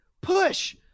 Push